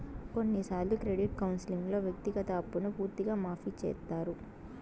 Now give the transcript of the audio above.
కొన్నిసార్లు క్రెడిట్ కౌన్సిలింగ్లో వ్యక్తిగత అప్పును పూర్తిగా మాఫీ చేత్తారు